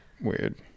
Weird